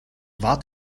wart